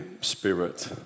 spirit